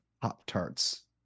Pop-Tarts